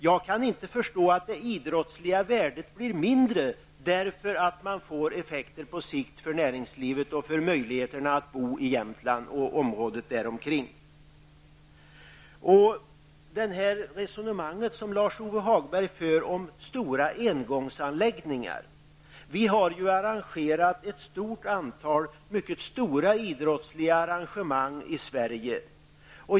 Jag kan inte förstå att det idrottsliga värdet blir mindre om man får effekter för näringslivet på sikt och för möjligheten att bo i När det gäller Lars-Ove Hagbergs resonemang om stora engångsanläggningar har vi ju arrangerat ett stort antal mycket stora idrottsliga arrangemang i Sverige.